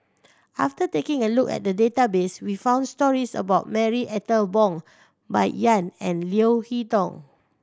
after taking a look at the database we found stories about Marie Ethel Bong Bai Yan and Leo Hee Tong